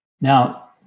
Now